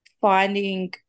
finding